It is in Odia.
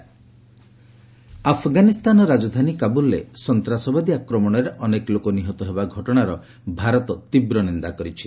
ଇଣ୍ଡିଆ କାବୁଲ୍ ଆଟାକ ଆଫଗାନିସ୍ଥାନର ରାଜଧାନୀ କାବୁଲରେ ସନ୍ତ୍ରାସବାଦୀ ଆକ୍ରମଣରେ ଅନେକ ଲୋକ ନିହତ ହେବା ଘଟଣାର ଭାରତ ତୀବ୍ର ନିନ୍ଦା କରିଛି